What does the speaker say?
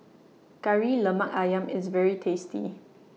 Kari Lemak Ayam IS very tasty